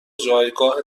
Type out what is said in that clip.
جایگاه